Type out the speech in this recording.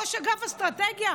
ראש אגף אסטרטגיה,